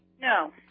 No